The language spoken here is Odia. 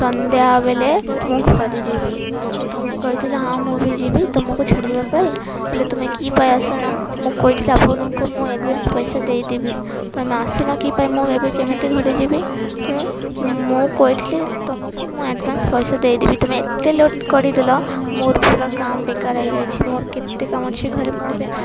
ସନ୍ଧ୍ୟା ବେଳେ ମୁଁ ଘରକୁ ଯିବି ତୁମେ କହିଥିଲ ହଁ ମୁଁ ବି ଯିବି ତୁମକୁ ଛାଡ଼ିିବା ପାଇଁ ହେଲେ ତୁମେ କ'ଣ ପାଇ ଆସୁନ ମୁଁ କହିଥିଲି ଆପଣଙ୍କୁ ମୁଁ ଆଡଭାନ୍ସ ପଇସା ଦେଇଦେବି ତୁମେ ଆସିନ କ'ଣ ପାଇ ମୁଁ ଏବେ କେମିତି ଘରେ ଯିବି ହଁ ମୁଁ କହିଥିଲି ତୁମକୁ ମୁଁ ଆଡଭାନ୍ସ ପଇସା ଦେଇଦେବି ତୁମେ ଏତେ ଲେଟ୍ କରିଦେଲ ମୋର ପୁରା କାମ ବେକାର ହୋଇଯାଇଛି ମୋର କେତେ କାମ ଅଛି ଘରେ ମୋ ଏବେ